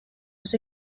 was